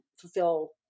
fulfill